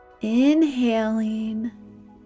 Inhaling